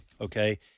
okay